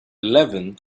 eleven